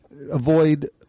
Avoid